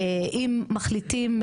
אם מחליטים,